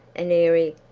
an airy,